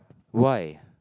why